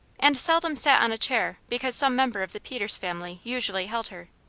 and seldom sat on a chair because some member of the peters family usually held her.